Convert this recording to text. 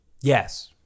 Yes